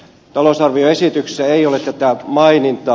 talousarvioesityksessä ei ole tätä mainintaa